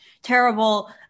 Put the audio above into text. terrible